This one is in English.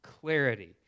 clarity